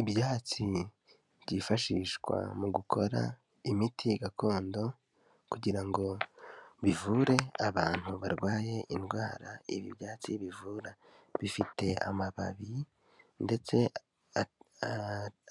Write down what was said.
Ibyatsi byifashishwa mu gukora imiti gakondo kugira ngo bivure abantu barwaye indwara ibi byatsi bivura, bifite amababi ndetse